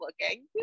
looking